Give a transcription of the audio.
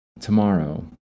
Tomorrow